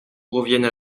reviennent